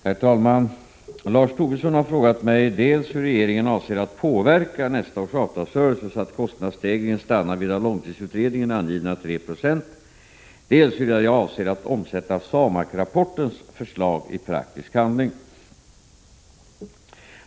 Herr talman! Lars Tobisson har frågat mig dels hur regeringen avser att påverka nästa års avtalsrörelse så att kostnadsstegringen stannar vid av långtidsutredningen angivna 3 20, dels huruvida jag avser att omsätta SAMAK-rapportens förslag i praktisk handling.